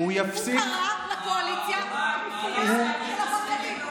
כי הוא קרא לקואליציה "חבורה של עבריינים" לפחות אל תגני עליו.